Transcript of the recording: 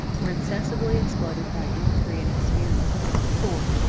were insensibly exploded by industry and experience. four.